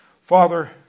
Father